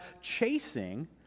chasing